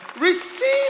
receive